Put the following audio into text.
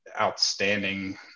outstanding